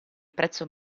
prezzo